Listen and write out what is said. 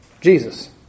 Jesus